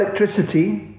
electricity